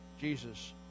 Jesus